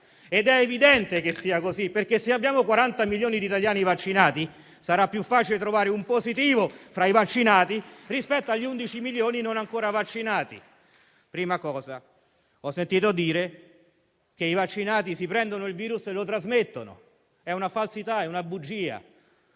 È evidente che sia così, perché, se abbiamo 40 milioni di italiani vaccinati, sarà più facile trovare un positivo fra i vaccinati rispetto agli 11 milioni non ancora vaccinati. Ho sentito dire che i vaccinati si prendono il virus e lo trasmettono: è una falsità, una bugia.